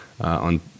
on